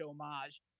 homage